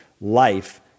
life